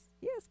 Yes